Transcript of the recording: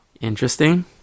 interesting